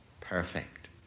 perfect